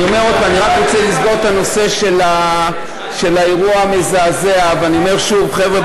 אני רק רוצה לסגור את הנושא של האירוע המזעזע ואני אומר שוב: חבר'ה,